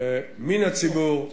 מן הציבור,